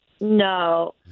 No